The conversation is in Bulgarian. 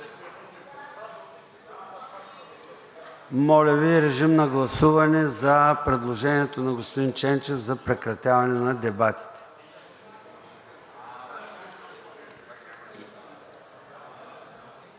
Моля, гласувайте предложението на господин Ченчев за прекратяване на дебатите.